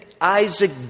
Isaac